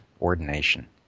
ordination